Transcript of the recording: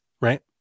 right